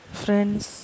friends